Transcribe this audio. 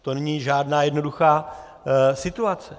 To není žádná jednoduchá situace.